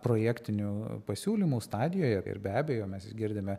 projektinių pasiūlymų stadijoje ir be abejo mes girdime